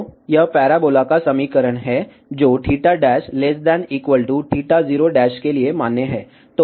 तो यह पैराबोला का समीकरण है जो ≤ ०केलिए मान्य है